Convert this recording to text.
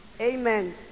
Amen